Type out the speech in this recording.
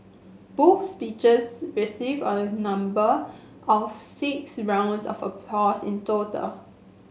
both speeches received a number of six rounds of applause in total